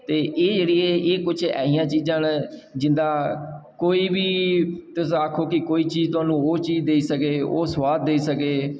ते एह् जेह्ड़ी ऐ एह् कुछ ऐसियां चीज़ां न जिं'दा कोई बी तुस आक्खो कि कोई ओह् चीज़ देई सकै ओह् सोआद देई सकै